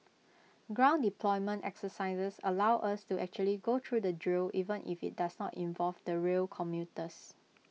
ground deployment exercises allow us to actually go through the drill even if IT does not involve the rail commuters